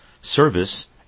Service